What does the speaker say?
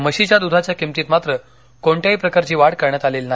म्हशीच्या दुधाच्या किमतीत मात्र कोणत्याही प्रकारची वाढ करण्यात आलेली नाही